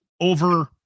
over